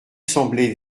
semblaient